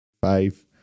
Five